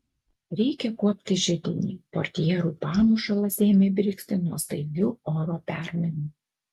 reikia kuopti židinį portjerų pamušalas ėmė brigzti nuo staigių oro permainų